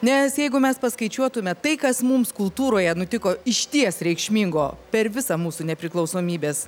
nes jeigu mes paskaičiuotume tai kas mums kultūroje nutiko išties reikšmingo per visą mūsų nepriklausomybės